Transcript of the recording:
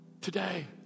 Today